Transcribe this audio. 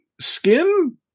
skin